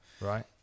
Right